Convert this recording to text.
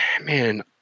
man